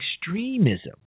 extremism